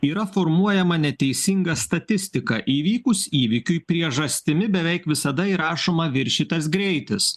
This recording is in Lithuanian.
yra formuojama neteisinga statistika įvykus įvykiui priežastimi beveik visada įrašoma viršytas greitis